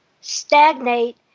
stagnate